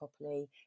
properly